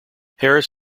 harris